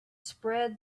spread